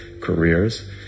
careers